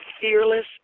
fearless